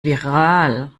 viral